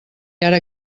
ara